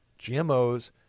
GMOs